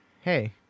hey